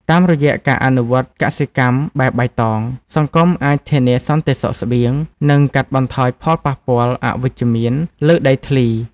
តាមរយៈការអនុវត្តកសិកម្មបែបបៃតង សង្គមអាចធានាសន្តិសុខស្បៀង និងកាត់បន្ថយផលប៉ះពាល់អវិជ្ជមានលើដីធ្លី។